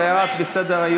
זה ירד מסדר-היום.